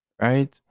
right